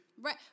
Right